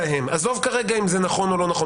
עזוב כרגע אם זה נכון או לא נכון,